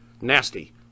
nasty